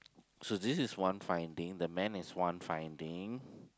so this is one finding the man is one finding